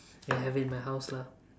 that I have it in my house lah